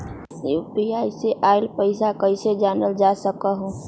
UPI से आईल पैसा कईसे जानल जा सकहु?